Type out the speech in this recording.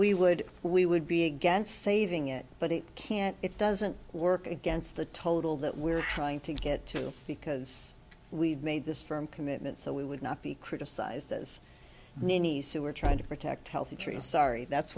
we would we would be against saving it but it can't it doesn't work against the total that we're trying to get to because we've made this firm commitment so we would not be criticized as ninnies who are trying to protect healthy trees sorry that's